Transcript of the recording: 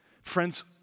friends